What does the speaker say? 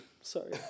sorry